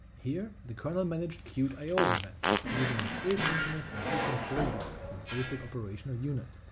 here, the kernel managed queued i o events using an asynchronous i o control block as its basic operational unit,